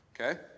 okay